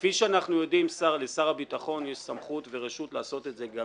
כפי שאנחנו יודעים לשר הביטחון יש סמכות ורשות לעשות את זה גם